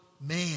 man